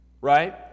Right